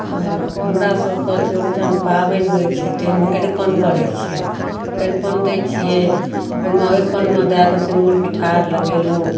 हमरा सबके चौरचन पाबनि होइ छै तैमे अरिपन पड़ै छै अरिपन दै छियै ओइमे अरिपनमे दए कऽ सिन्दूर पीठार लगेलहुँ